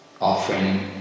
offering